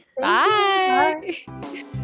Bye